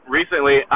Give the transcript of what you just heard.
Recently